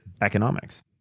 economics